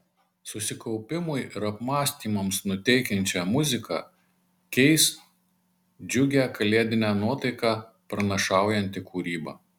susikaupimui ir apmąstymams nuteikiančią muziką keis džiugią kalėdinę nuotaiką pranašaujanti kūryba